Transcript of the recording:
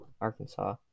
Arkansas